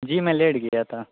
جی میں لیٹ گیا تھا